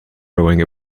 rowing